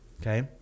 Okay